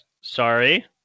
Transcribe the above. Sorry